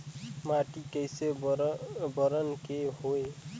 माटी कई बरन के होयल?